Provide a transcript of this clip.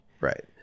Right